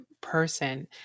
person